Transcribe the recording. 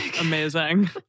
amazing